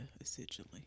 essentially